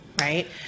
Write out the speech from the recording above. right